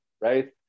right